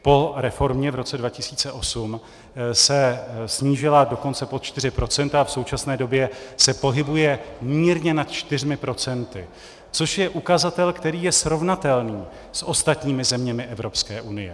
Po reformě v roce 2008 se snížila dokonce pod 4 % a v současné době se pohybuje mírně nad 4 %, což je ukazatel, který je srovnatelný s ostatními zeměmi Evropské unie.